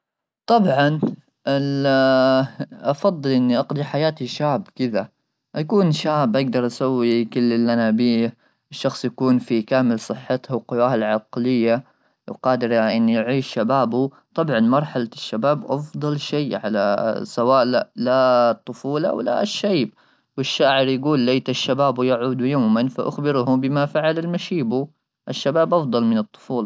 طبعا افضل اني اقضي حياتي شعب كذا اكون شاب اقدر اسوي كل اللي انا ابيه, الشخص يكون في كامل صحته قواها العقليه القاده ان يعيش شبابه ,طبعا مرحله الشباب افضل شيء على سواء لا طفوله ولا شيء والشاعر يقول ليت الشباب يعود يوما فاخبره بما فعل المشيب الشباب افضل من الطفوله.